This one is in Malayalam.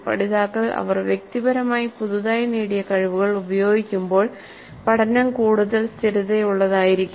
പഠിതാക്കൾ അവർ വ്യക്തിപരമായി പുതുതായി നേടിയ കഴിവുകൾ ഉപയോഗിക്കുമ്പോൾ പഠനം കൂടുതൽ സ്ഥിരതയുള്ളതായിരിക്കും